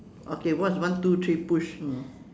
okay what's one two three push mm